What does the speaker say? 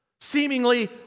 seemingly